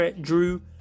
Drew